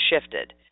shifted